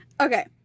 Okay